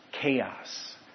chaos